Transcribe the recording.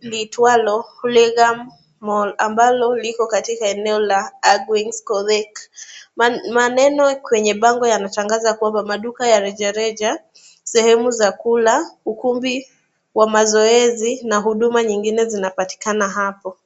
liitwalo Hurlingham Mall ambalo liko katika eneo la Agwings Kodhik . Maneno kwenye bango yanatangaza kwamba maduka ya rejareja, sehemu za kula, ukumbi wa mazoezi na huduma nyingine zinapatikana hapo.